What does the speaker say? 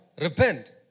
Repent